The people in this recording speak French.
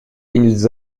ils